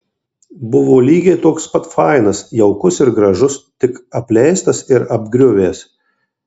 buvo lygiai toks pat fainas jaukus ir gražus tik apleistas ir apgriuvęs